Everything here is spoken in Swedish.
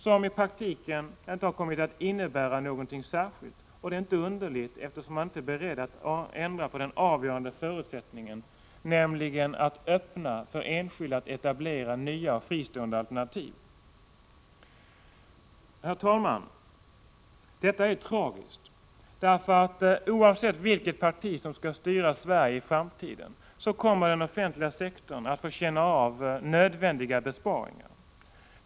I realiteten har det inte kommit att innebära någonting särskilt, och det är inte underligt eftersom man inte är beredd att ändra på den avgörande förutsättningen genom att öppna möjlighet för enskilda att etablera nya, fristående alternativ. Herr talman! Detta är tragiskt. Oavsett vilket parti som skall styra Sverige i framtiden kommer nämligen den offentliga sektorn att få känna av nödvändiga besparingar.